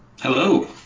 Hello